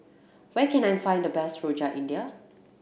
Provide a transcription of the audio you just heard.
where can I find the best Rojak India